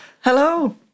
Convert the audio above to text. Hello